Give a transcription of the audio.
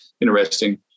interesting